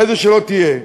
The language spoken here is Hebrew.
איזו שלא תהיה,